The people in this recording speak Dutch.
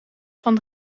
van